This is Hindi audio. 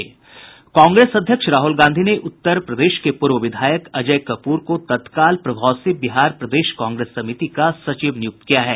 कांग्रेस अध्यक्ष राहुल गांधी ने उत्तर प्रदेश के पूर्व विधायक अजय कपूर को तत्काल प्रभाव से बिहार प्रदेश कांग्रेस समिति का सचिव नियुक्त किया गया है